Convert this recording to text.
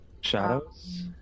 shadows